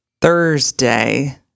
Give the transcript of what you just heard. Thursday